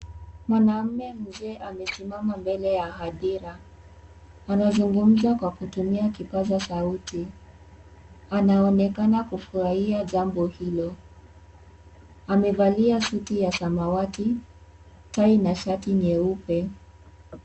Mwanaume mzee amesimama mbele ya hadhira anazungumza kwa kutumia kipaza sauti anaonekana kufurahiha jambo hilo , amevalia suti ya samawati tai na shati nyeupe.